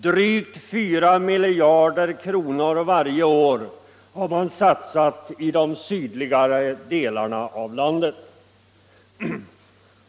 Drygt 4 mil debatt debatt jarder kronor varje år har man satsat i de sydligare delarna av landet.